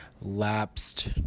lapsed